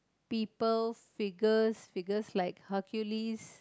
people figures figures like Hercules